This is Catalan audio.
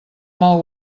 mal